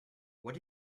what